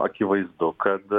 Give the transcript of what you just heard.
akivaizdu kad